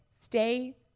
stay